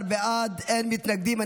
14 בעד, אין מתנגדים.